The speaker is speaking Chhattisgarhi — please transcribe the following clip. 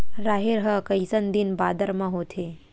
राहेर ह कइसन दिन बादर म होथे?